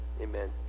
Amen